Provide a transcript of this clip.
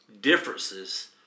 differences